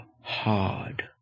Hard